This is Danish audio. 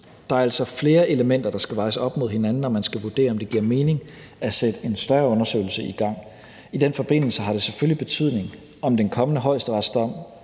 Der er altså flere elementer, der skal vejes op mod hinanden, når man skal vurdere, om det giver mening at sætte en større undersøgelse i gang. I den forbindelse har det selvfølgelig betydning, om den kommende højesteretsdom